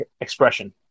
expression